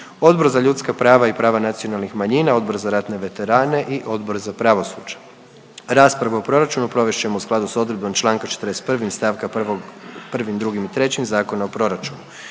Odbor za ljudska prava i prva nacionalnih manjina, Odbor za ratne veterane i Odbor za pravosuđe. Raspravu o proračunu provest ćemo u skladu s odredbom Članka 41. stavka 1., 2., 3. Zakona o proračunu.